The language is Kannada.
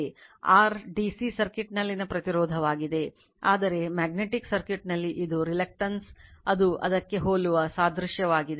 R DC ಸರ್ಕ್ಯೂಟ್ನಲ್ಲಿನ ಪ್ರತಿರೋಧವಾಗಿದೆ ಆದರೆ ಮ್ಯಾಗ್ನೆಟಿಕ್ ಸರ್ಕ್ಯೂಟ್ನಲ್ಲಿ ಇದು reluctance ಅದು ಅದಕ್ಕೆ ಹೋಲುವ ಸಾದೃಶ್ಯವಾಗಿದೆ